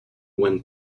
when